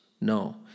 No